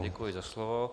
Děkuji za slovo.